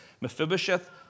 Mephibosheth